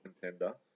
contender